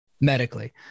medically